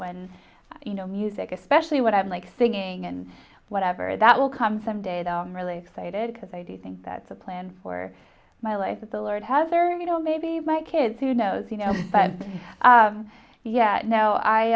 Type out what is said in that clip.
when you know music especially what i'm like singing and whatever that will come some day to really excited because i do think that's a plan for my life that the lord has or you know maybe my kids who knows you know but yeah